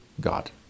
God